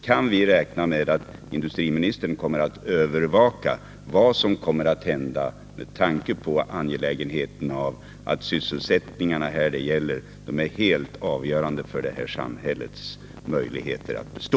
Kan vi räkna med att industriministern kommer att övervaka vad som händer, med tanke på att de arbetstillfällen som det gäller är helt avgörande för samhällets möjligheter att bestå?